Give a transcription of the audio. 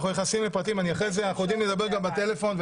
אנחנו יודעים לדבר גם בטלפון.